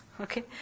okay